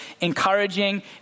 encouraging